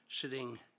sitting